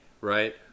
right